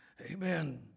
Amen